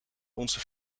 onze